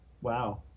Wow